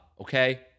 Okay